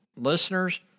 listeners